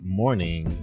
morning